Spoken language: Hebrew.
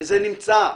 וזה נמצא בבג"ץ,